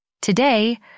Today